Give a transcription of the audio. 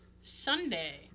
Sunday